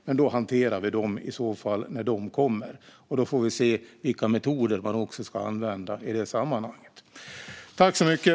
Dem hanterar vi i så fall när de kommer, och då får vi se vilka metoder man ska använda i sammanhanget.